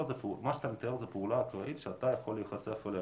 מה שאתה מתאר זו פעולה אקראית שאתה יכול להיחשף אליה